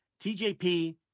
tjp